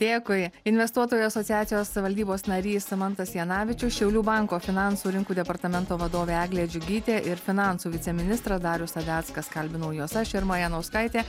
dėkui investuotojų asociacijos valdybos narys mantas janavičius šiaulių banko finansų rinkų departamento vadovė eglė džiugytė ir finansų viceministras darius sadeckas kalbinau juos aš irma janauskaitė